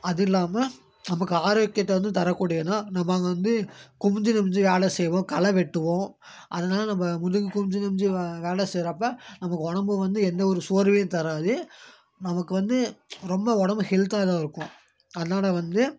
அது இல்லாமல் நமக்கு ஆரோக்கியத்தை வந்து தரக்கூடியதுனா நம்ம அங்கே வந்து குனிஞ்சி நிமிஞ்சு வேலை செய்வோம் கலை வெட்டுவோம் அதனால் நம்ம முதுகுக்கும் குனிஞ்சி நிமிஞ்சு வேலை செய்கிறப்ப நமக்கு உடம்புக்கு வந்து எந்த ஒரு சோர்வையும் தராது நமக்கு வந்து ரொம்ப உடம்பு ஹெல்த்தாக தான் இருக்கும் அதனால் வந்து